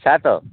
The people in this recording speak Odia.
ସାତ